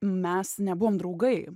mes nebuvom draugai